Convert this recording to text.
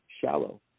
shallow